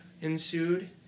ensued